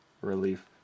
relief